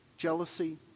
Jealousy